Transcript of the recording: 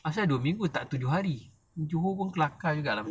asal dua minggu tak tujuh hari johor pun kelakar juga